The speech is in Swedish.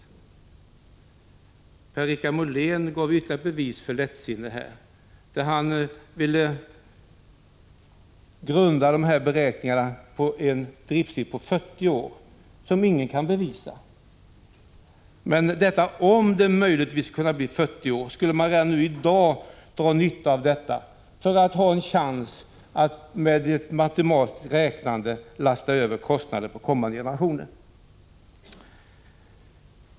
lyckan i Tiernobyl, Per-Richard Molén gav ytterligare ett bevis för sitt lättsinne, när han ville OCK LjErNodN m.m. grunda beräkningarna på en drifttid av 40 år, som ingen kan bevisa. Om den möjligen skulle kunna bli 40 år, skulle man redan i dag dra nytta av detta för att ha en chans att med matematiskt räknande lasta över kostnaderna på kommande generationer.